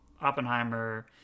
Oppenheimer